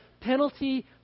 penalty